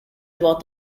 about